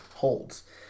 holds